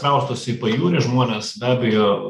kraustosi į pajūrį žmonės be abejo